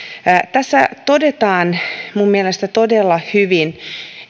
tässä todetaan minun mielestäni todella hyvin